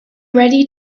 ready